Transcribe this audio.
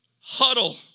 huddle